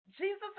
jesus